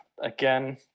again